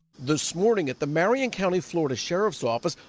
this morning, at the marion county florida sheriff's office,